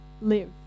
live